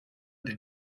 den